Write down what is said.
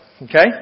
Okay